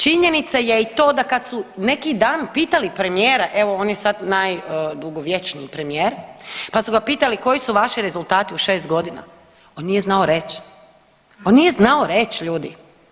Činjenica je i to da kad su neki dan pitali premijera, evo on je sad najdugovječniji premijer, pa su ga pitali koji su vaši rezultati u 6.g., on nije znao reć, on nije znao reć ljudi.